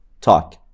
talk